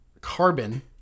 carbon